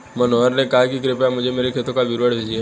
मनोहर ने कहा कि कृपया मुझें मेरे खाते का विवरण भेजिए